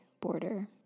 border